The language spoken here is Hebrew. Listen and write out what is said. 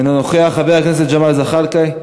אינו נוכח, חבר הכנסת ג'מאל זחאלקה,